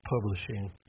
publishing